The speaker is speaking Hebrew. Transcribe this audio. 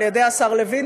על-ידי השר לוין,